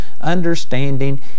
understanding